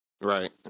Right